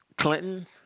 Clinton